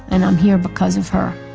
and i'm here because of her.